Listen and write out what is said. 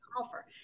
offer